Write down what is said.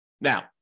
Now